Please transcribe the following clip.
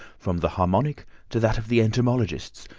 from the harmonic to that of the entomologists,